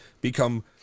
become